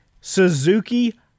Suzuki